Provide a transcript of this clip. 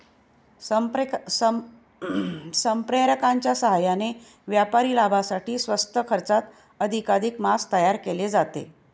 संप्रेरकांच्या साहाय्याने व्यापारी लाभासाठी स्वस्त खर्चात अधिकाधिक मांस तयार केले जाते